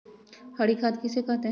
हरी खाद किसे कहते हैं?